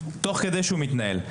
תוך כדי שההליך מתנהל.